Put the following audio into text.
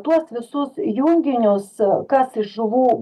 tuos visus junginius kas iš žuvų